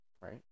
right